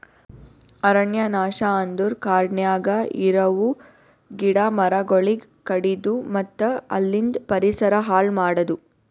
ಅರಣ್ಯ ನಾಶ ಅಂದುರ್ ಕಾಡನ್ಯಾಗ ಇರವು ಗಿಡ ಮರಗೊಳಿಗ್ ಕಡಿದು ಮತ್ತ ಅಲಿಂದ್ ಪರಿಸರ ಹಾಳ್ ಮಾಡದು